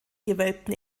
gewölbten